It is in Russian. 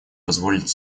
позволить